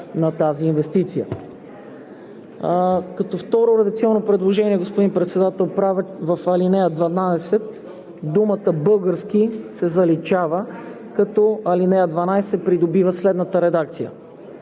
на тази инвестиция. Като второ редакционно предложение, господин Председател: в ал. 12 думата „български“ се заличава и ал. 12 придобива следната редакция: